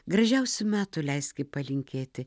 gražiausių metų leiski palinkėti